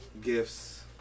Gifts